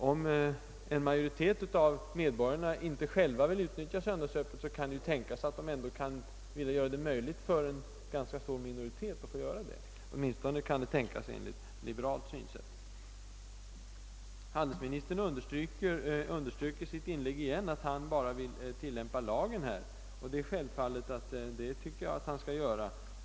Om en majoritet av medborgarna inte för egen del vill utnyttja systemet med öppethållande på söndagarna, så kan det ju tänkas att de ändå vill göra det möjligt för en ganska stor minoritet att få handla på söndagarna — åtminstone kan det tänkas enligt liberalt synsätt. Handelsministern underströk återigen i sitt inlägg att han bara vill tillämpa lagen, och det skall handelsministern självfallet göra.